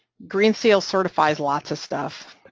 green seal certifies lots of stuff,